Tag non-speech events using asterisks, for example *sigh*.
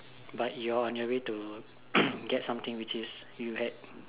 but you're on your way to *coughs* get something which is you had